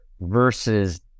versus